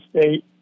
state